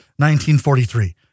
1943